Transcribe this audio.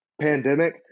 pandemic